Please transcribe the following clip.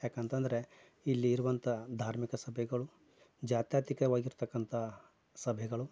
ಯಾಕಂತಂದರೆ ಇಲ್ಲಿ ಇರುವಂಥ ಧಾರ್ಮಿಕ ಸಭೆಗಳು ಜ್ಯಾತ್ಯಾತೀತವಾಗಿರ್ತಕಂಥ ಸಭೆಗಳು